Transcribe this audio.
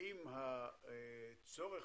האם הצורך